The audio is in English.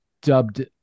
dubbed